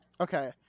Okay